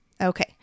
Okay